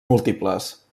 múltiples